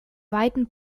weiten